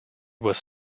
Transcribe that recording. was